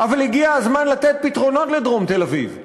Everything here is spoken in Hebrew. אתה מדבר כמעט פי-שניים מזמנך.